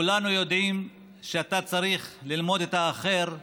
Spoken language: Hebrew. כולנו יודעים שאתה צריך ללמוד את האחר,